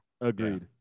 Agreed